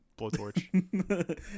blowtorch